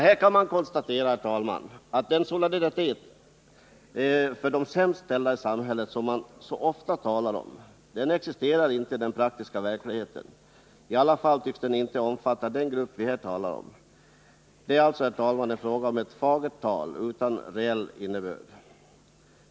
Här kan man konstatera att den solidaritet med de sämst ställda i samhället som man så ofta talar om inte existerar i den praktiska verkligheten —i alla fall tycks den inte omfatta den grupp vi här talar om. Det är alltså, herr talman, fråga om fagert tal utan reell innebörd.